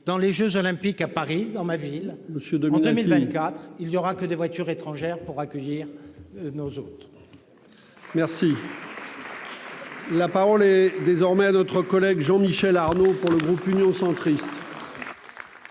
dans les jeux olympiques à Paris, dans ma ville, ou ceux de l'an 2024 il y aura que des voitures étrangères pour accueillir. Nos autres merci. La parole est désormais à notre collègue Jean-Michel Arnaud pour le groupe Union centriste.